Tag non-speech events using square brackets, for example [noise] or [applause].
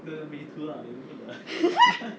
[laughs]